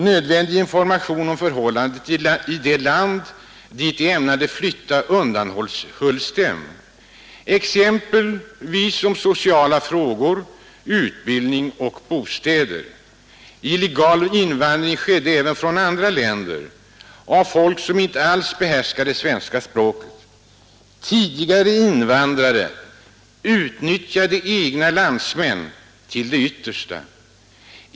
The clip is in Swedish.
Nödvändig information om förhållandena i det land dit arbetarna ämnade flytta undanhölls dem, exempelvis om sociala frågor, utbildning och bostäder. Illegal invandring skedde även från andra länder av folk som inte alls behärskade svens a språket. Tidigare invandrare utnyttjade egna landsmän till det yttersta.